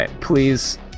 Please